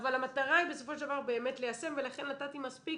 אבל המטרה היא בסופו של דבר באמת ליישם ולכן נתתי מספיק